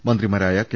മന്ത്രിമാരായ കെ